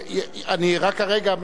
אני רק הרגע,